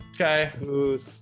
Okay